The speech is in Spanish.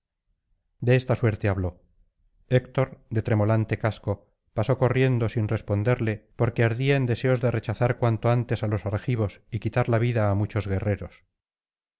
de esta suerte habló héctor de tremolante casco pasó corriendo sin responderle porque ardía en deseos de rechazar cuanto antes á los argivos y quitar la vida á muchos guerreros